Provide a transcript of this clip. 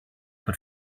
but